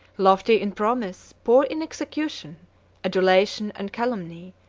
lofty in promise, poor in execution adulation and calumny,